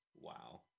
Wow